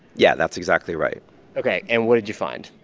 yeah, that's exactly right ok. and what did you find?